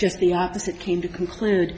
just the opposite came to conclude